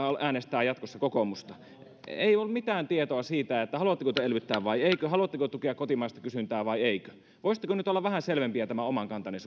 äänestää jatkossa kokoomusta ei ole mitään tietoa siitä haluatteko te elvyttää vai ettekö haluatteko tukea kotimaista kysyntää vai ettekö voisitteko nyt olla vähän selvempiä tämän oman kantanne